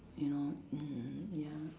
you know mm ya